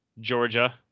Georgia